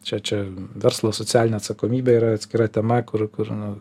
čia čia verslo socialinė atsakomybė yra atskira tema kur kur nu